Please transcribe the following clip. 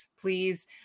Please